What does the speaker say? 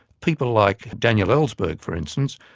people like daniel ellsberg, for instance,